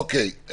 אוקיי.